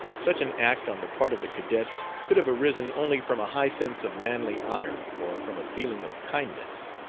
such an act on the part of the cadet could have arisen only from a high sense of manly honor or from a feeling of kindness.